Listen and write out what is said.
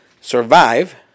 survive